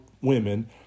women